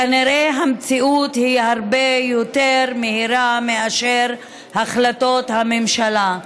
כנראה המציאות היא הרבה יותר מהירה מאשר החלטות הממשלה,